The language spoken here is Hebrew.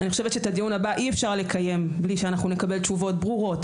אני חושבת שאת הדיון הבא אי-אפשר לקיים בלי שאנחנו נקבל תשובות ברורות